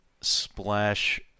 Splash